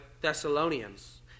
Thessalonians